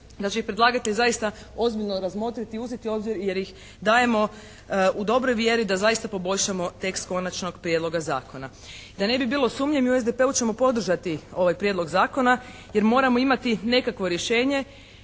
će i predlagatelj zaista ozbiljno razmotriti i uzeti u obzir jer ih dajemo u dobroj vjeri da zaista poboljšamo tekst konačnog prijedloga zakona. I da ne bi bilo sumnjivo mi u SDP-u ćemo podržati ovaj prijedlog zakona jer moramo imati nekakvo rješenje,